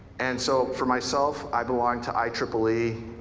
and so, for myself, i belong to i triple e,